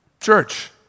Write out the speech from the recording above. Church